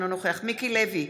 אינו נוכח מיקי לוי,